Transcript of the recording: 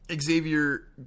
Xavier